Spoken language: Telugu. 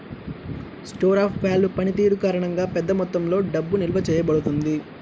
స్టోర్ ఆఫ్ వాల్వ్ పనితీరు కారణంగా, పెద్ద మొత్తంలో డబ్బు నిల్వ చేయబడుతుంది